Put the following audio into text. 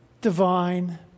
divine